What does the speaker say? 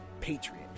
Patriot